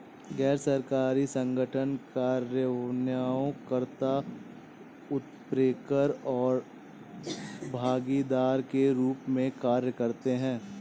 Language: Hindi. गैर सरकारी संगठन कार्यान्वयन कर्ता, उत्प्रेरक और भागीदार के रूप में कार्य करते हैं